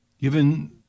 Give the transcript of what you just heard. given